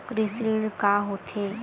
कृषि ऋण का होथे?